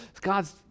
God's